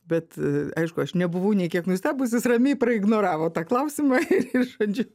bet aišku aš nebuvau nei kiek nustebus jis ramiai praignoravo tą klausimą ir žodžiu